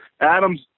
Adams